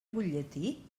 butlletí